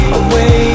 away